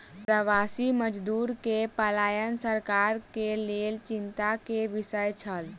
प्रवासी मजदूर के पलायन सरकार के लेल चिंता के विषय छल